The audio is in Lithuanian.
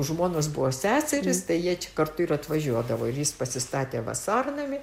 žmonos buvo seserys tai jie čia kartu ir atvažiuodavo ir jis pasistatė vasarnamį